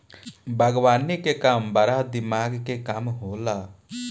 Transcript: बागवानी के काम बड़ा दिमाग के काम होला